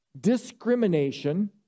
discrimination